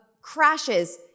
crashes